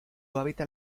hábitat